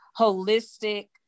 holistic